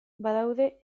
badaude